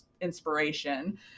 inspiration